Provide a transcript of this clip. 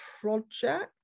project